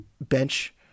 bench